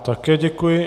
Také děkuji.